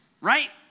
right